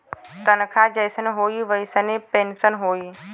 तनखा जइसन होई वइसने पेन्सन होई